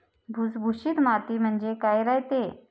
भुसभुशीत माती म्हणजे काय रायते?